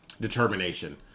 determination